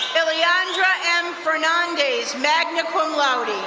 aliandra m fernandez, magna cum laude.